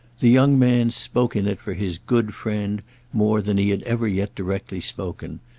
the young man spoke in it for his good friend more than he had ever yet directly spoken,